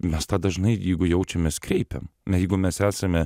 mes tą dažnai jeigu jaučiam mes kreipiam jeigu mes esame